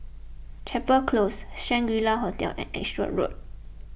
Chapel Close Shangri La Hotel and Edgware Road